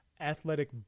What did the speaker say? athletic